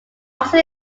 also